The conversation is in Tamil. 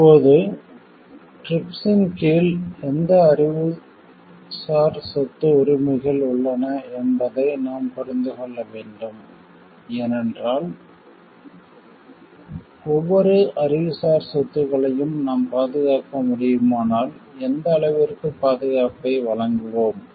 இப்போது TRIPS இன் கீழ் எந்த அறிவுசார் சொத்து உரிமைகள் உள்ளன என்பதை நாம் புரிந்து கொள்ள வேண்டும் ஏனென்றால் ஏனென்றால் ஒவ்வொரு அறிவுசார் சொத்துக்களையும் நாம் பாதுகாக்க முடியுமானால் எந்த அளவிற்கு பாதுகாப்பை வழங்குவோம்